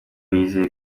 yizeye